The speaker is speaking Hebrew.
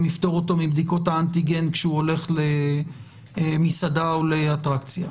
יפטור אותו מבדיקות האנטיגן כשהוא הולך למסעדה או לאטרקציה.